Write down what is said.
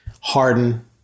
Harden